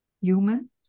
human